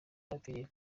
byapfiriye